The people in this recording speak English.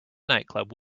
nightclub